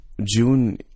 June